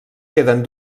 queden